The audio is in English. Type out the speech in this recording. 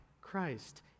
Christ